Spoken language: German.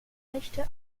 rechte